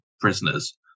prisoners